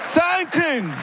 thanking